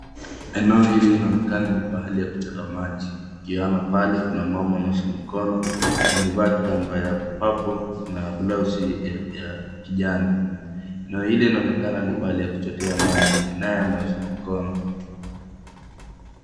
Eneo hili linaonekana ni pahali ya kuchota maji. Ukiona pale kuna mama anawasha mikono, amevaa kitambaa ya purple na blouse ya kijani. Eneo hili linaonekana ni pahali ya kuchotea maji naye ameosha mikono.